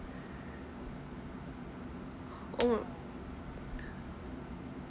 or